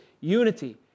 unity